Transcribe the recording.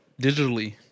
digitally